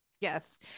Yes